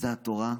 זו התורה,